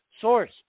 source